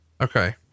Okay